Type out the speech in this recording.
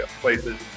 places